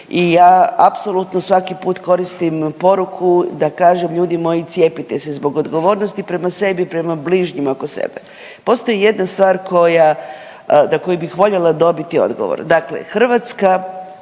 I ja apsolutno svaki put koristim poruku da kažem ljudi moji cijepite se zbog odgovornosti prema sebi, prema bližnjima oko sebe. Postoji jedna stvar koja, na koju bih voljela dobiti odgovor. Dakle, Hrvatska